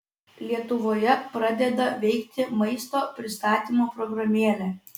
lietuvoje pradeda veikti maisto pristatymo programėlė